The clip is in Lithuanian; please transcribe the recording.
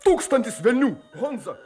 tūkstantis velnių honza